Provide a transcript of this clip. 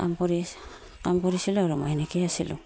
কাম কৰি কাম কৰিছিলোঁ আৰু মই সেনেকৈয়ে আছিলোঁ